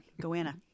Goanna